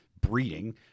breeding